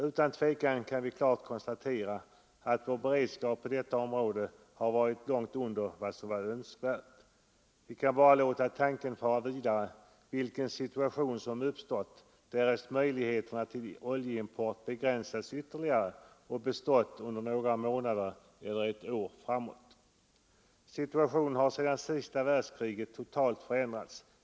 Vi kan utan tvekan konstatera att vår beredskap på detta område varit långt sämre än vad som varit önskvärt. Vi kan bara låta tanken gå vidare till den situation som skulle ha uppstått därest möjligheterna till oljeimport ytterligare hade begränsats och svårigheterna bestått under några månader eller ett år framåt. Situationen har totalt förändrats sedan senaste världskriget.